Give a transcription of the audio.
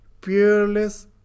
peerless